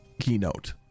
keynote